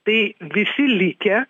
tai visi likę